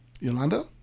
Yolanda